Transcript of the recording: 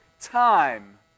time